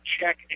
check